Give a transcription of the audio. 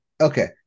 Okay